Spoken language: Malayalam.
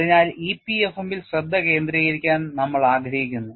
അതിനാൽ EPFM ഇൽ ശ്രദ്ധ കേന്ദ്രീകരിക്കാൻ നമ്മൾ ആഗ്രഹിക്കുന്നു